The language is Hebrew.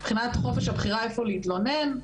מבחינת חופש הבחירה שלה איפה להתלונן,